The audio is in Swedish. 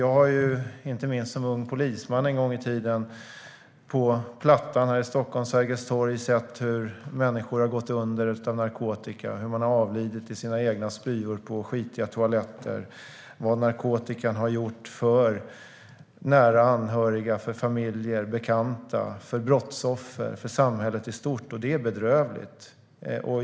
Jag har, inte minst som ung polisman en gång i tiden, på Plattan här i Stockholm, Sergels torg, sett hur människor har gått under av narkotika, hur man har avlidit i sina egna spyor på skitiga toaletter, vad narkotikan har gjort för nära anhöriga, familjer, bekanta, för brottsoffer och för samhället i stort. Och det är bedrövligt!